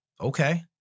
Okay